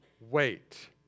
wait